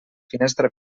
finestra